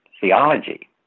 theology